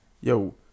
Yo